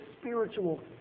spiritual